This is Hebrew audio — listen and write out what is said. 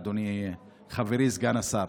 אדוני חברי סגן השר.